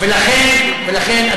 ולכן,